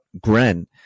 gren